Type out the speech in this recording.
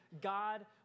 God